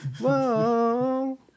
Whoa